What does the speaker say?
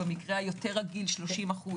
במקרה היותר רגיל 30%,